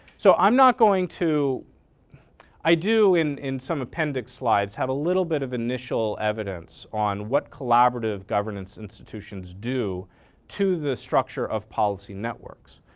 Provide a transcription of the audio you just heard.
so i'm not going to i do in in some appendix slides have a little bit of initial evidence on what collaborative governance institutions do to the structure of policy networks.